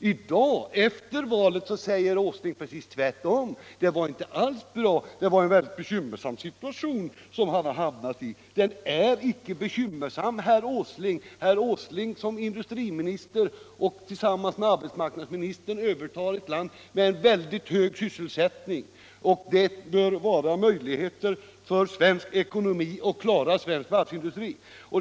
I dag — efter valet — säger herr Åsling precis tvärtom, nämligen att det inte alls är bra och att det är en bekymmersam situation han har hamnat i. Den är inte bekymmersam, herr Åsling. Herr Åsling övertar industriministerposten i ett land — och detta gäller även arbetsmarknadsministern — med en mycket hög sysselsättning. Det bör finnas möjligheter för svensk ekonomi att klara den svenska varvsindustrin.